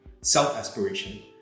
self-aspiration